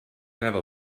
never